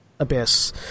abyss